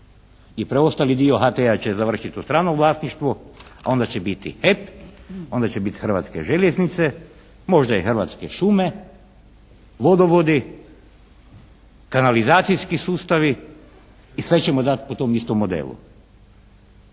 I preostali dio HT-a će završiti u stranom vlasništvu a onda će biti HEP, onda će biti Hrvatske željeznice, možda i Hrvatske šume, vodovodi, kanalizacijski sustavi i sve ćemo dati po tom istom modelu.